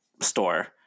store